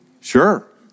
Sure